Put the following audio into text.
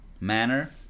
manner